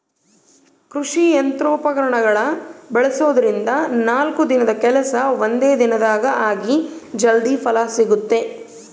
ಕೃಷಿ ಯಂತ್ರೋಪಕರಣಗಳನ್ನ ಬಳಸೋದ್ರಿಂದ ನಾಲ್ಕು ದಿನದ ಕೆಲ್ಸ ಒಂದೇ ದಿನದಾಗ ಆಗಿ ಜಲ್ದಿ ಫಲ ಸಿಗುತ್ತೆ